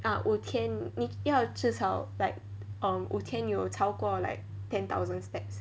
ah 五天你要直少 like um 五天有超过 like ten thousand steps